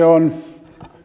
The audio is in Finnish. on